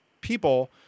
people